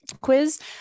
quiz